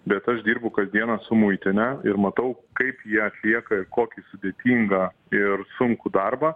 bet aš dirbu kasdieną su muitine ir matau kaip ji atlieka ir kokį sudėtingą ir sunkų darbą